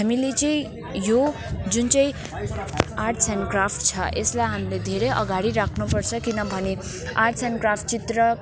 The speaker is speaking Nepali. हामीले चाहिँ यो जुन चाहिँ आर्ट्स एन्ड क्राफ्ट छ यसलाई हामीले धेरै अगाडि राख्नुपर्छ किनभने आर्ट्स एन्ड क्राफ्ट चित्र